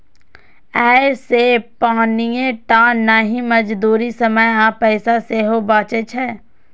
अय से पानिये टा नहि, मजदूरी, समय आ पैसा सेहो बचै छै